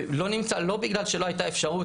לא בגלל שלא הייתה אפשרות,